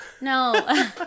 No